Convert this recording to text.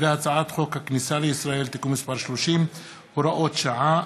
הצעת חוק הכניסה לישראל (תיקון מס' 30 והוראות שעה),